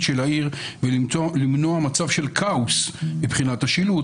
של העיר ולמנוע מצב של "כאוס" מבחינת מספר השלטים,